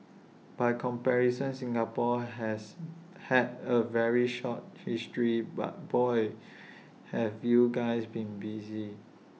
by comparison Singapore has had A very short history but boy have you guys been busy